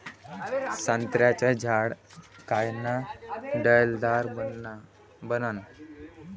संत्र्याचं झाड कायनं डौलदार बनन?